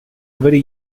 very